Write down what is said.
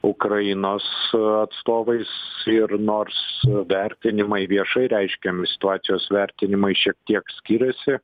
ukrainos atstovais ir nors vertinimai viešai reiškiami situacijos vertinimai šiek tiek skiriasi